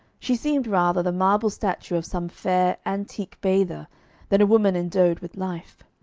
she seemed rather the marble statue of some fair antique bather than a woman endowed with life.